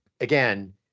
again